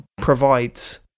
provides